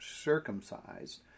circumcised